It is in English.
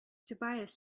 tobias